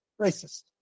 racist